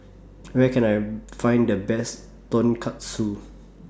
Where Can I Find The Best Tonkatsu